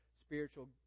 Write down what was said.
spiritual